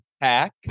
Pack